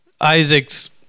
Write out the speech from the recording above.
Isaac's